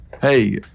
Hey